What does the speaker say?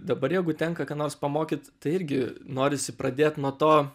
dabar jeigu tenka ką nors pamokyt tai irgi norisi pradėt nuo to